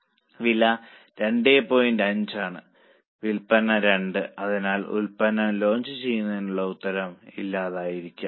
5 ആണ് വിൽപ്പന 2 അതിനാൽ ഉൽപ്പന്നം ലോഞ്ച് ചെയ്യുന്നതിനുള്ള ഉത്തരം ഇല്ലായിരിക്കാം